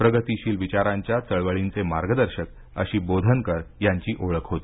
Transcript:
प्रगतिशील विचारांच्या चळवळींचे मार्गदर्शक अशी बोधनकर यांची ओळख होती